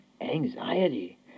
anxiety